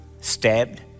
stabbed